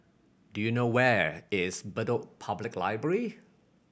do you know where is Bedok Public Library